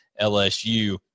LSU